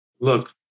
look